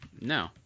No